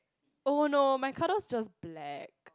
oh no my colour's just black